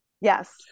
Yes